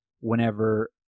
whenever